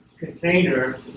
container